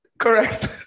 correct